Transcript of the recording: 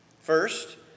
First